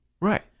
Right